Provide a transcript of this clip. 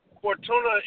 Fortuna